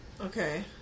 Okay